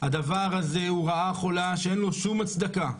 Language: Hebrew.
הדבר הזה הוא רעה חולה שאין לו שום הצדקה.